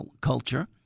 culture